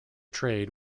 trade